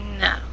No